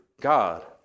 God